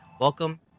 Welcome